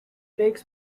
takes